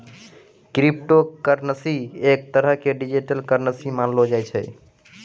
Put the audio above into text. crypto currency एक तरह के डिजिटल करन्सी मानलो जाय छै